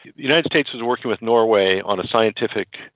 the united states was working with norway on a scientific,